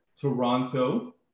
Toronto